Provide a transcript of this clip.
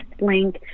link